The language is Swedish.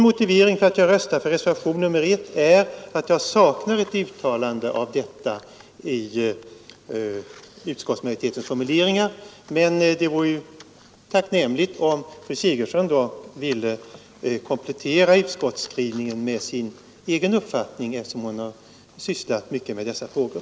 Motiveringen för att jag röstar med reservationen 1 är att jag saknar ett uttalande av denna art i utskottsmajoritetens formuleringar, men det vore ju tacknämligt, om fru Sigurdsen ville komplettera utskottsskrivningen med att uttrycka sin egen uppfattning, eftersom hon sysslat mycket med dessa frågor.